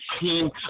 team